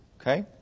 Okay